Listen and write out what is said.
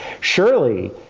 Surely